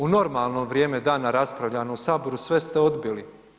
U normalno vrijeme dana raspravljano u Saboru, sve ste odbili.